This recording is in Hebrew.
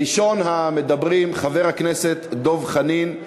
ראשון המדברים, חבר כנסת דב חנין.